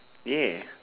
yeah